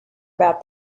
about